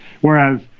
Whereas